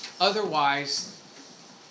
Otherwise